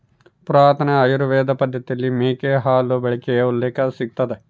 ಪುರಾತನ ಆಯುರ್ವೇದ ಪದ್ದತಿಯಲ್ಲಿ ಮೇಕೆ ಹಾಲು ಬಳಕೆಯ ಉಲ್ಲೇಖ ಸಿಗ್ತದ